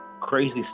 crazy